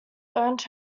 earned